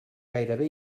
gairebé